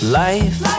life